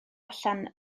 allan